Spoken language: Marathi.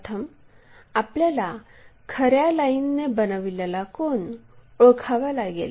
प्रथम आपल्याला खऱ्या लाईनने बनविलेला कोन ओळखावा लागेल